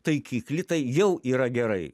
taikiklį tai jau yra gerai